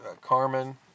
Carmen